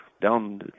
down